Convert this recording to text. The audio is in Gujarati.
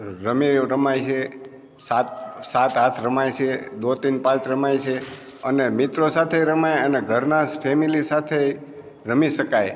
રમી રમાય છે સાત સાત આઠ રમાય છે દો તીન પાંચ રમાય છે અને મિત્રો સાથે રમાય અને ઘરના ફેમેલી સાથે રમી શકાય